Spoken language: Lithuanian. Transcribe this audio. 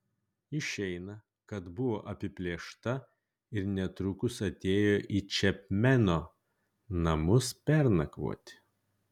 išeina kad buvo apiplėšta ir netrukus atėjo į čepmeno namus pernakvoti